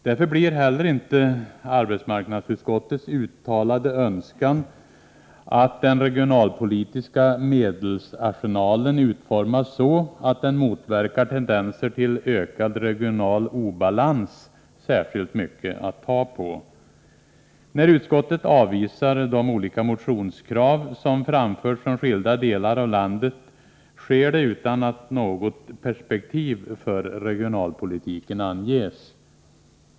Därför blir heller inte arbetsmarknadsutskottets uttalade önskan ”att den regionalpolitiska medelsarsenalen utformas så att den motverkar tendenser till ökad regional obalans” särskilt mycket att ta på. När utskottet avvisar de olika motionskrav som framförts från skilda delar av landet sker det utan att något perspektiv för regionalpolitiken anges.